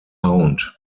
hound